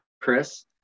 Chris